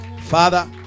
Father